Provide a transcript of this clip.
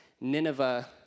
Nineveh